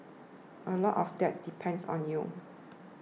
a lot of that depends on you